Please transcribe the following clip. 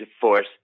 force